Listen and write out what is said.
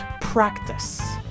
practice